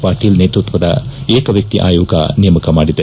ಪಾಟೀಲ್ ನೇತೃತ್ವದ ಏಕವ್ಯಕ್ತಿ ಆಯೋಗ ನೇಮಕ ಮಾಡಿದೆ